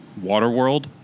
Waterworld